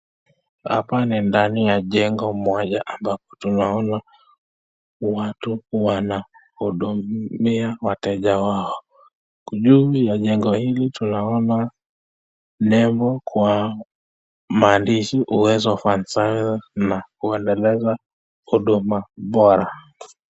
Hapa ni ndani ya jengo moja ambapo tunaona watu wanahudumia wateja wao. Juu ya jengo hili tunaona nembo kwa maandishi Uwezo Fund sana na kuendeleza huduma bora.